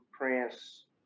Prince